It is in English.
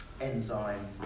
enzyme